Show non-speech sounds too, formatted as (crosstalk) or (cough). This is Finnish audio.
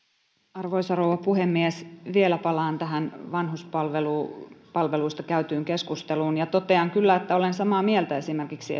arvoisa rouva puhemies vielä palaan tähän vanhuspalveluista käytyyn keskusteluun ja totean kyllä että olen samaa mieltä esimerkiksi (unintelligible)